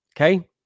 okay